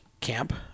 camp